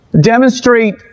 demonstrate